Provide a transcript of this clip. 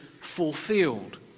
fulfilled